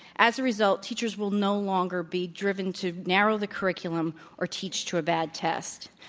as a result, teachers will no longer be driven to narrow the curriculum or teach to a bad test.